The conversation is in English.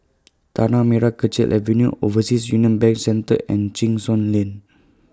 Tanah Merah Kechil Avenue Overseas Union Bank Centre and Cheng Soon Lane